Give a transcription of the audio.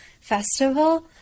festival